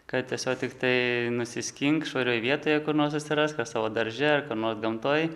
kad tiesiog tiktai nusiskink švarioj vietoje kur nors susirask ar savo darže ar kur nors gamtoj